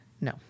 no